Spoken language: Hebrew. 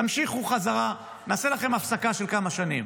תמשיכו חזרה, נעשה לכם הפסקה של כמה שנים,